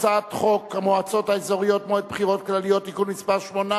הצעת חוק המועצות האזוריות (מועד בחירות כלליות) (תיקון מס' 8),